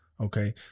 Okay